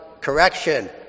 Correction